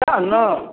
सहए ने